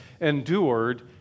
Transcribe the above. endured